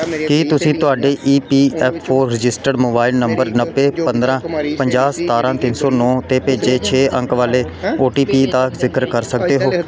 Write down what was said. ਕੀ ਤੁਸੀਂ ਤੁਹਾਡੇ E P F ਔ ਰਜਿਸਟਰਡ ਮੋਬਾਈਲ ਨੰਬਰ ਨੱਬੇ ਪੰਦਰ੍ਹਾਂ ਪੰਜਾਹ ਸਤਾਰ੍ਹਾਂ ਤਿੰਨ ਸੌ ਨੌ 'ਤੇ ਭੇਜੇ ਛੇ ਅੰਕ ਵਾਲੇ ਓ ਟੀ ਪੀ ਦਾ ਜ਼ਿਕਰ ਕਰ ਸਕਦੇ ਹੋ